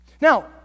Now